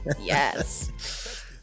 Yes